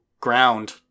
ground